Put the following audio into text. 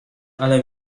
ale